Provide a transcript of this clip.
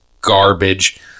garbage